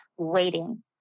waiting